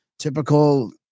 Typical